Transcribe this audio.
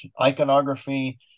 iconography